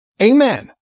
Amen